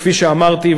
כפי שאמרתי,